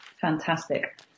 fantastic